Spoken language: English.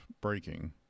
breaking